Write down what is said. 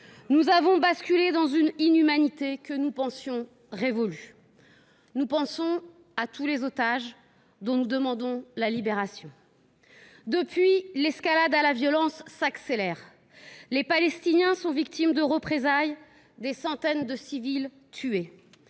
Nous avons basculé dans une inhumanité que nous pensions révolue. Nous pensons à tous les otages, dont nous demandons la libération. Depuis lors, l’escalade de la violence s’accélère. Les Palestiniens sont victimes de représailles ; des centaines de civils sont